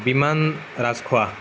Biman Rajkhowa